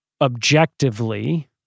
objectively